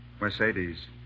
Mercedes